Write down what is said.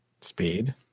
Speed